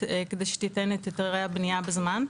כדי שתיתן את היתרי הבנייה בזמן?